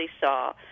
saw